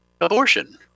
abortion